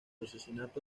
asesinato